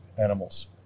animals